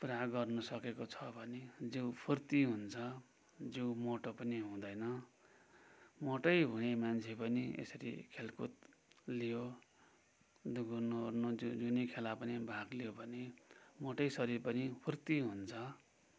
पुरा गर्नु सकेको छ भने जिउ फुर्ती हुन्छ जिउ मोटो पनि हुँदैन मोटै हुने मान्छे पनि यसरी खेलकुद लियो दुगुर्नु ओर्नु जु जुनै खेला पनि भाग लियो भने मोटै शरीर पनि फुर्ती हुन्छ